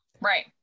Right